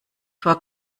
vor